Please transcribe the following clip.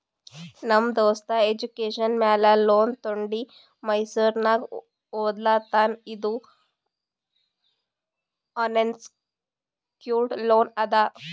ನಮ್ ದೋಸ್ತ ಎಜುಕೇಷನ್ ಮ್ಯಾಲ ಲೋನ್ ತೊಂಡಿ ಮೈಸೂರ್ನಾಗ್ ಓದ್ಲಾತಾನ್ ಇದು ಅನ್ಸೆಕ್ಯೂರ್ಡ್ ಲೋನ್ ಅದಾ